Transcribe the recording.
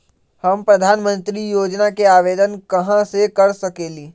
हम प्रधानमंत्री योजना के आवेदन कहा से कर सकेली?